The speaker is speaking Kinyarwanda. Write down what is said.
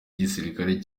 igisirikare